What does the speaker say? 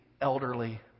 elderly